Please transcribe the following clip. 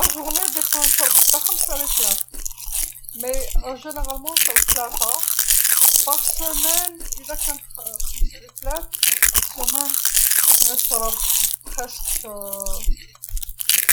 اليوم أحيانا نشرب حتى خمسه ريتلات، لكن عموما نشرب تلاثه، في الأسبوع إذا كان خمس ريتلات إذن الأسبوع نشرب تقريبا